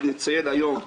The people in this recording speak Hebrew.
היום,